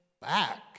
back